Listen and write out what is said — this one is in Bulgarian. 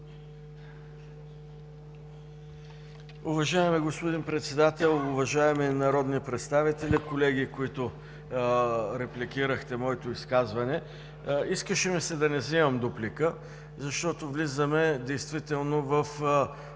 Уважаеми господин Председател, уважаеми народни представители, колеги, които репликирахте моето изказване! Искаше ми се да не взимам дуплика, защото влизаме действително в